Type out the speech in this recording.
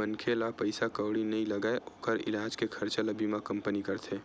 मनखे ला पइसा कउड़ी नइ लगय ओखर इलाज के खरचा ल बीमा कंपनी करथे